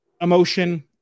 emotion